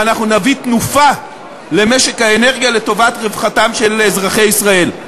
ואנחנו נביא תנופה למשק האנרגיה לטובתם ולרווחתם של אזרחי ישראל.